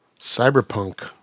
Cyberpunk